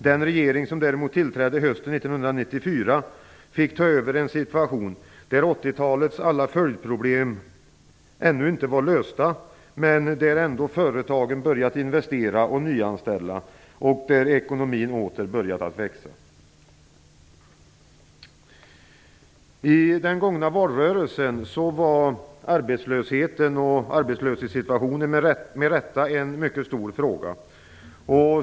Den regering som däremot tillträdde hösten 1994 fick ta över en situation, där 80-talets alla följdproblem ännu inte var lösta, men där ändå företagen börjat investera och nyanställa. Ekonomin hade åter börjat växa. I den gångna valrörelsen var arbetslöshetssituationen med rätta en mycket stor fråga.